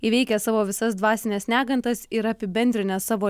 įveikę savo visas dvasines negandas ir apibendrinęs savo